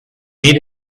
made